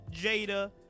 Jada